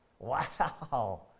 Wow